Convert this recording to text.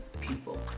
people